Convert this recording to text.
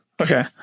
Okay